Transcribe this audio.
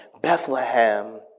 Bethlehem